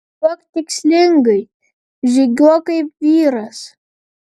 žygiuok tikslingai žygiuok kaip vyras